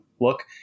look